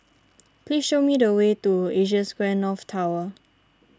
please show me the way to Asia Square North Tower